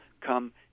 come